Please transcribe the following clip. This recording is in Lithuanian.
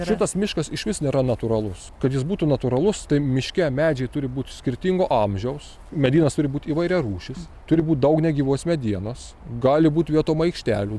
šitas miškas išvis nėra natūralus kad jis būtų natūralus tai miške medžiai turi būt skirtingo amžiaus medynas turi būt įvairiarūšis turi būt daug negyvos medienos gali būt vietom aikštelių